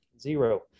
zero